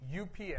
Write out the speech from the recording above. UPS